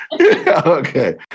Okay